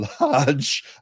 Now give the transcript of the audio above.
large